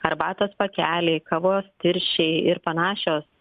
arbatos pakeliai kavos tirščiai ir panašios